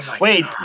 Wait